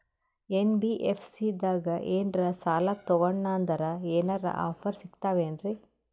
NBFC ದಾಗ ಏನ್ರ ಸಾಲ ತೊಗೊಂಡ್ನಂದರ ಏನರ ಆಫರ್ ಸಿಗ್ತಾವೇನ್ರಿ?